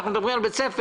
אנחנו מדברים על בית ספר,